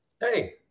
Hey